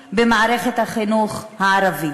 הן במערכת החינוך הערבית?